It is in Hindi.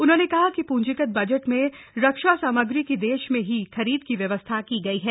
उन्होंने कहा कि पूंजीगत बजट में रक्षा सामग्री की देश में ही खरीद की व्यवस्था की गई है